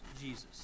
Jesus